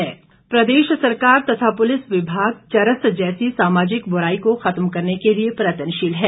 मरडी प्रदेश सरकार तथा पुलिस विभाग चरस जैसी सामाजिक बुराई को खत्म करने के लिए प्रयत्नशील है